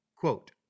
Quote